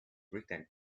written